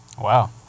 Wow